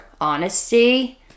honesty